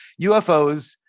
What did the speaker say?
UFOs